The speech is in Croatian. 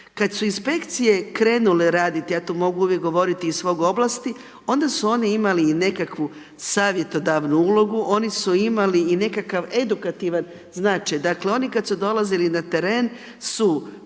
Kada su inspekcije krenule raditi, ja tu uvijek mogu govoriti iz svoje oblasti, onda su oni imali i nekakvu savjetodavnu ulogu. Oni su imali i nekakav edukativan značaj. Dakle oni kada su dolazili na teren su